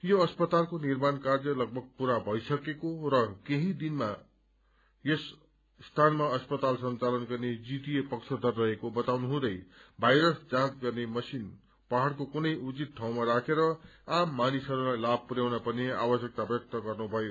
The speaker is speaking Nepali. यो अस्पतालको निर्माण कार्य लगभग पूरा भई सकेको र केही दिनमा भित्रमा यस स्थानमा अस्पताल संघालन गर्ने जीटीए पक्षधर रहेको बताउनुहुँदै भाइरस जाँच गर्ने मशिन पहाङको कुनै उचित ठाउँमा राखेर आम मानिसहस्लाई लाभ पुरयाउन पर्ने आवश्यकता व्यक्त गर्नुभयो